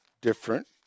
different